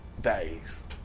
days